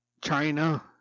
China